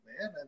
man